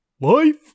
Life